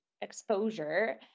exposure